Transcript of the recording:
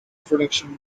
production